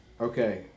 Okay